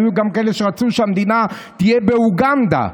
היו גם כאלה שרצו שהמדינה תהיה באוגנדה.